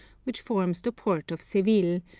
which forms the port of seville,